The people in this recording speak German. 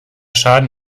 schaden